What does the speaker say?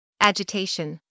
agitation